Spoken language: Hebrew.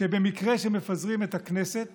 שבמקרה שמפזרים את הכנסת